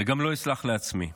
וגם לא אסלח לעצמי.